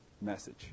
message